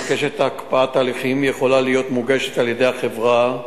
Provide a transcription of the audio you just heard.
בקשת הקפאת הליכים יכולה להיות מוגשת על-ידי החברה,